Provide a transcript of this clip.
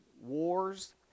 wars